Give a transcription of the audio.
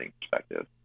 perspective